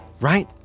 Right